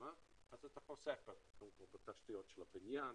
אז אתה חוסך בתשתיות של הבניה,